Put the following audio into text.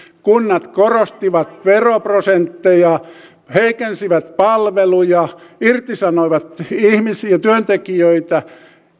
kunnat korottivat veroprosentteja heikensivät palveluja irtisanoivat ihmisiä työntekijöitä